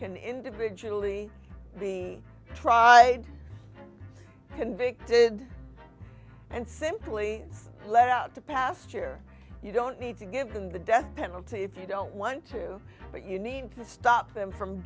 can individually be tried convicted and simply let out to pasture you don't need to give them the death penalty if you don't want to but you need to stop them from